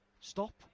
stop